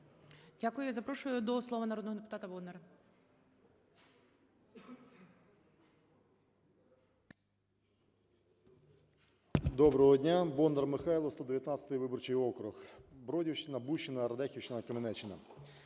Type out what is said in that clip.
Дякую. Запрошую до слова народного депутата Бондаря. 11:59:13 БОНДАР М.Л. Доброго дня! Бондар Михайло, 119 виборчий округ, Бродівщина, Бущина, Радехівщина і Кам'янеччина.